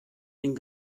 den